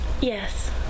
Yes